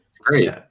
Great